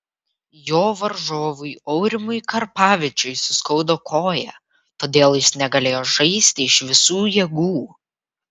jo varžovui aurimui karpavičiui suskaudo koją todėl jis negalėjo žaisti iš visų jėgų